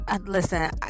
listen